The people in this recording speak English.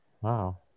Wow